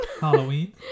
Halloween